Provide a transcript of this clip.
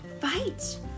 fight